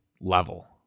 level